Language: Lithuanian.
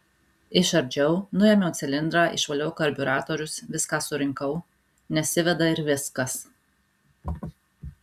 išardžiau nuėmiau cilindrą išvaliau karbiuratorius viską surinkau nesiveda ir viskas